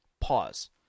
pause